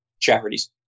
charities